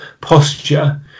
posture